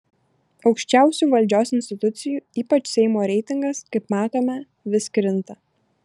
aukščiausių valdžios institucijų ypač seimo reitingas kaip matome vis krinta